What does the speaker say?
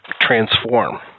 transform